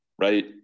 right